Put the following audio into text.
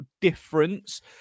difference